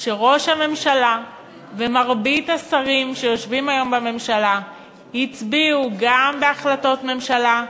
הממשלה ומרבית השרים שיושבים היום בממשלה הצביעו גם בהחלטות ממשלה,